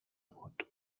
بود